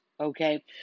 okay